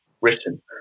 written